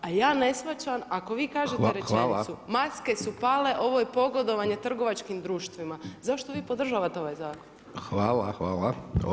A ja ne shvaćam, ako vi kažete rečenicu „maske su pale, ovo je pogodovanje trgovačkim društvima“, zašto vi podržavate ovaj zakon?